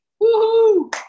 Woo-hoo